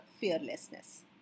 fearlessness